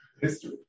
History